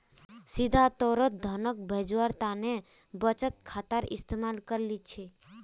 सीधा तौरत धनक भेजवार तने बचत खातार इस्तेमाल कर छिले